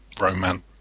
romance